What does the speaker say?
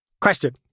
question